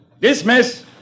Dismiss